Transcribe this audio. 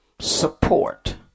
Support